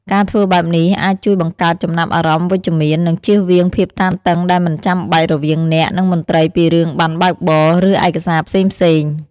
ការធ្វើបែបនេះអាចជួយបង្កើតចំណាប់អារម្មណ៍វិជ្ជមាន និងជៀសវាងភាពតានតឹងដែលមិនចាំបាច់រវាងអ្នក និងមន្ត្រីពីរឿងប័ណ្ណបើកបរ ឬឯកសារផ្សេងៗ។